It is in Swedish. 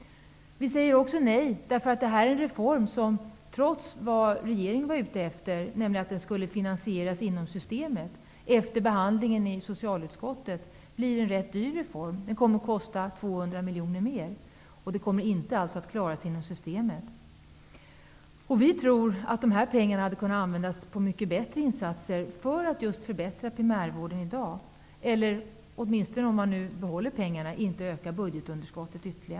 Vi säger också nej eftersom trots att regeringen vill att reformen skall finansieras inom systemet, kommer den efter behandlingen i socialutskottet att bli en dyr reform. Den kommer att kosta 200 miljoner mer. Det går inte att genomföra inom systemets ramar. Vi tror att dessa pengar kan användas för andra insatser just för att förbättra dagens primärvård, eller åtminstone inte öka budgetunderskottet ytterligare genom att helt enkelt behålla pengarna.